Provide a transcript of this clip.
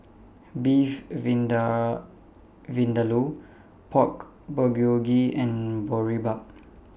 Beef Vindaloo Pork Bulgogi and Boribap